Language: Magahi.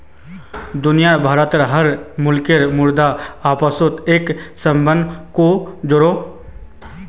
दुनिया भारोत हर मुल्केर मुद्रा अपासोत एक सम्बन्ध को जोड़ोह